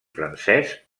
francès